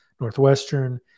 Northwestern